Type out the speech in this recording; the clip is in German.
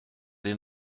den